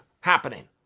happening